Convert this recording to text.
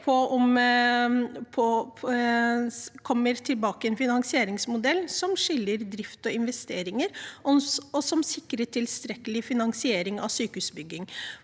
kommer tilbake med en finansieringsmodell som skiller mellom drift og investeringer, og som sikrer tilstrekkelig finansiering av sykehusbygging.